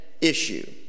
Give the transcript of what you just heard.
issue